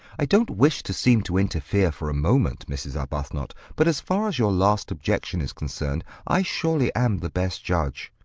i don't wish to seem to interfere for a moment, mrs. arbuthnot, but as far as your last objection is concerned, i surely am the best judge.